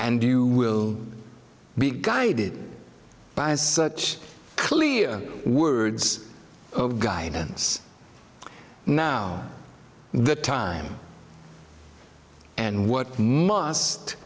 and you will be guided by such clear words of guidance now the time and what must